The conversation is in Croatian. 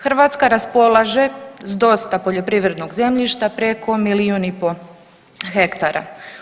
Hrvatska raspolaže s dosta poljoprivrednog zemljišta preko milijun i po hektara.